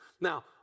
Now